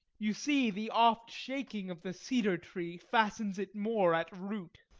you see the oft shaking of the cedar-tree fastens it more at root.